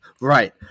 Right